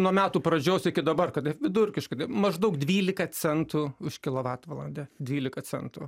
nuo metų pradžios iki dabar kada vidurkiškai maždaug dvylika centų už kilovatvalandę dvylika centų